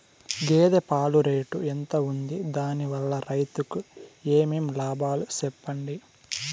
గేదె పాలు రేటు ఎంత వుంది? దాని వల్ల రైతుకు ఏమేం లాభాలు సెప్పండి?